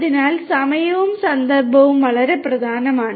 അതിനാൽ സമയവും സന്ദർഭവും വളരെ പ്രധാനമാണ്